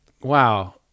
wow